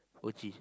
O_G